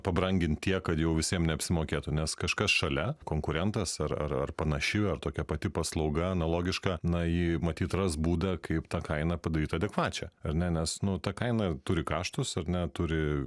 pabrangint tiek kad jau visiem neapsimokėtų nes kažkas šalia konkurentas ar ar ar panaši ar tokia pati paslauga analogiška na ji matyt ras būdą kaip tą kainą padaryt adekvačią ar ne nes nu ta kaina turi kaštus ar ne turi